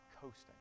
coasting